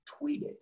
tweeted